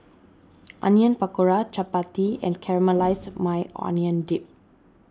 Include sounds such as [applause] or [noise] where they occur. [noise] Onion Pakora Chapati and Caramelized Maui Onion Dip